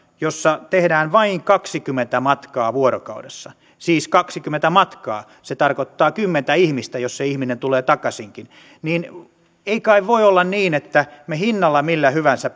joissa tehdään vain kaksikymmentä matkaa vuorokaudessa siis kaksikymmentä matkaa se tarkoittaa kymmentä ihmistä jos se ihminen tulee takaisinkin ei kai voi olla niin että me hinnalla millä hyvänsä